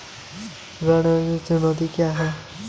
ऋण चुकौती रणनीति क्या है?